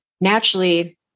naturally